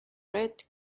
red